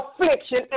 affliction